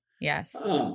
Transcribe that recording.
Yes